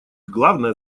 главная